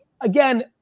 again